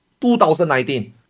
2019